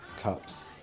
cups